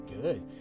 good